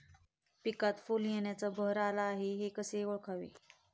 पिकात फूल येण्याचा बहर आला हे कसे ओळखावे?